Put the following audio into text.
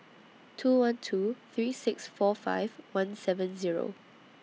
two one two three six four five one seven Zero